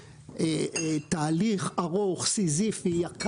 תהליך ארוך, סיזיפי, יקר.